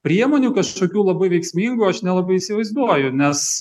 priemonių kažkokių labai veiksmingų aš nelabai įsivaizduoju nes